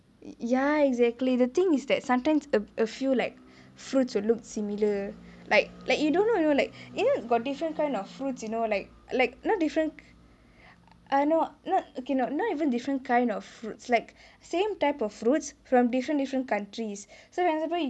ya exactly the thing is that sometimes a a few like fruits will look similar like like you don't know like you know got different kind of fruits you know like like not different err no not okay not not even different kind of fruits like same type of fruits from different different countries so example